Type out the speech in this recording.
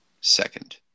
second